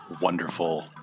wonderful